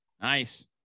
Nice